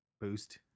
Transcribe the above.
boost